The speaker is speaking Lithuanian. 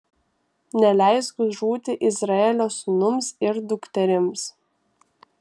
neleisk žūti izraelio sūnums ir dukterims